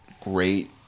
great